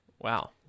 wow